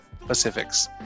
Pacifics